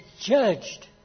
judged